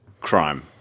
crime